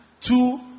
two